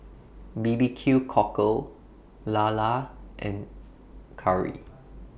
B B Q Cockle Lala and Curry